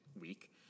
week